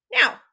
Now